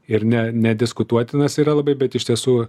ir ne nediskutuotinas yra labai bet iš tiesų